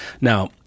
Now